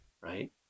right